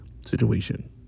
situation